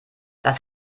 das